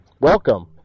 Welcome